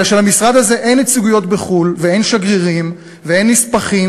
אלא שלמשרד הזה אין נציגויות בחו"ל ואין שגרירים ואין נספחים